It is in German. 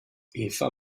eva